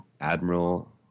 Admiral